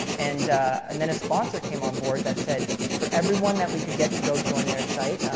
and and then a sponsor came on board that said for everyone that we could get to go join their site,